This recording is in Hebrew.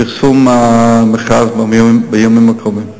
לפרסום המכרז בימים הקרובים.